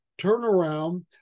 turnaround